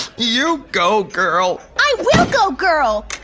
you go, girl. i will go girl! i